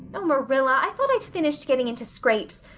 oh, marilla, i thought i'd finished getting into scrapes,